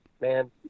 man